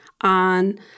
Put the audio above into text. on